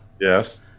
Yes